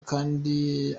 kandi